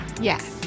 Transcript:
Yes